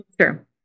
sure